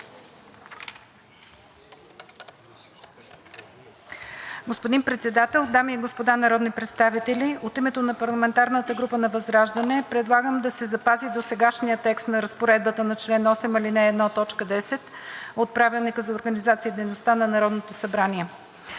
Господин Председател, дами и господа народни представители! От името на парламентарната група на ВЪЗРАЖДАНЕ предлагам да се запази досегашният текст на разпоредбата на чл. 8, ал. 1, т. 10 от Правилника за организацията и дейността на Народното събрание.